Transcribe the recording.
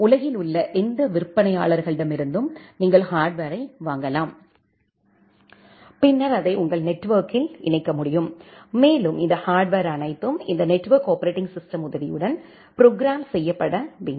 உலகில் உள்ள எந்த விற்பனையாளர்களிடமிருந்தும் நீங்கள் ஹார்ட்வர்களை வாங்கலாம் பின்னர் அதை உங்கள் நெட்வொர்க்கில் இணைக்க முடியும் மேலும் இந்த ஹார்ட்வர் அனைத்தும் இந்த நெட்வொர்க் ஆப்பரேட்டிங் சிஸ்டம் உதவியுடன் ப்ரோக்ராம் செய்யப்படவேண்டும்